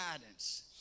guidance